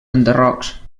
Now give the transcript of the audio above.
enderrocs